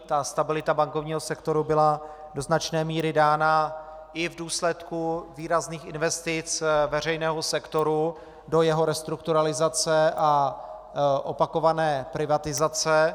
Ta stabilita bankovního sektoru byla do značné míry dána i v důsledku výrazných investic veřejného sektoru do jeho restrukturalizace a opakované privatizace.